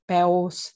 Bells